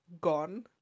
gone